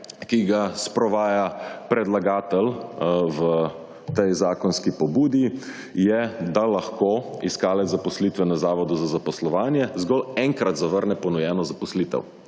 ki ga sprovaja predlagatelj v tej zakonski pobudi je, da lahko iskalec zaposlitve na zavodu za zaposlovanje zgolj enkrat zavrne ponujeno zaposlitev.